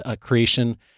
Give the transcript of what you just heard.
creation